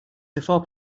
before